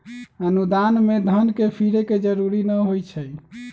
अनुदान में धन के फिरे के जरूरी न होइ छइ